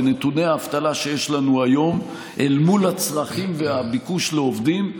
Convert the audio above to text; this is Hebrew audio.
בנתוני האבטלה שיש לנו היום אל מול הצרכים והביקוש לעובדים,